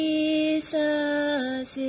Jesus